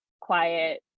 quiet